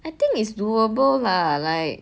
I think it's doable lah like